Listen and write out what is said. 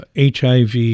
HIV